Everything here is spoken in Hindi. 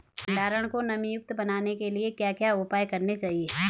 भंडारण को नमी युक्त बनाने के लिए क्या क्या उपाय करने चाहिए?